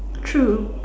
true